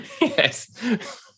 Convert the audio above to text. Yes